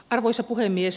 arvoisa puhemies